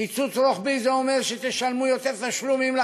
קיצוץ רוחבי, זה אומר שתשלמו יותר לחינוך,